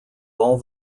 all